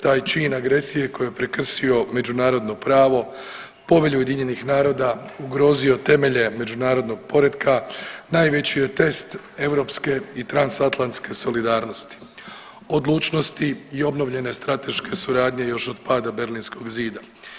Taj čin agresije koji je prekršio međunarodno pravo, Povelju Ujedinjenih naroda, ugrozio temelje međunarodnog poretka najveći je test europske i transatlanske solidarnosti odlučnosti i obnovljene strateške suradnje još od pada Berlinskog zida.